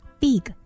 big